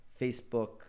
Facebook